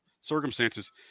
circumstances